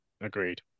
Agreed